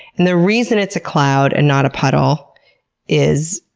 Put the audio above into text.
and the reason it's a cloud and not a puddle is.